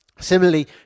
Similarly